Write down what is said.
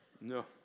No